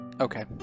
Okay